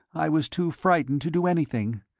i was too frightened to do anything.